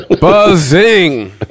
Buzzing